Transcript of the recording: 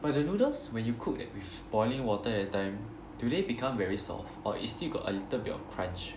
but the noodles when you cook that with boiling water that time do they become very soft or is still got a little bit of crunch